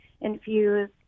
infuse